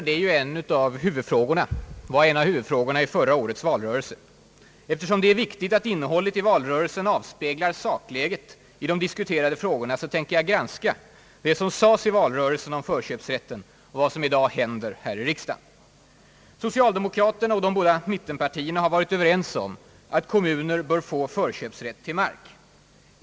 Det vi nu diskuterar var en av huvudfrågorna i förra årets valrörelse. Eftersom det är viktigt att innehållet i valrörelsen avspeglar sakläget i de diskuterade frågorna tänker jag granska vad som i valrörelsen sades om förköpsrätten och vad som i dag händer här i riksdagen. Socialdemokraterna och de båda mittenpartierna har varit överens om att kommuner bör få förköpsrätt till mark.